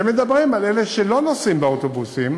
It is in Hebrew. אתם מדברים על אלה שלא נוסעים באוטובוסים,